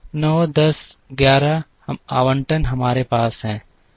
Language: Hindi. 9 10 11 आवंटन हमारे पास हैं